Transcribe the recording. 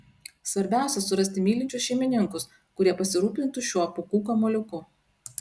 svarbiausia surasti mylinčius šeimininkus kurie pasirūpintų šiuo pūkų kamuoliuku